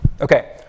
Okay